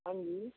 हाँ जी